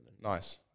Nice